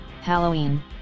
Halloween